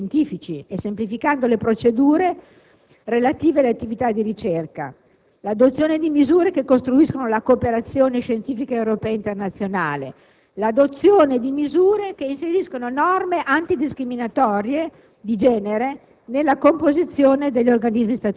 valorizzando il ruolo dei consigli scientifici e semplificando le procedure relative alle attività di ricerca; l'adozione di misure che costruiscano la cooperazione scientifica europea e internazionale; l'adozione di misure che inseriscano norme antidiscriminatorie di genere